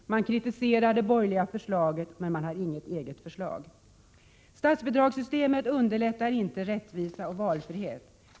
De kritiserar det borgerliga förslaget men har inget eget förslag. Statsbidragssystemet underlättar inte rättvisa och valfrihet.